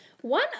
One